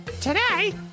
Today